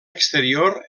exterior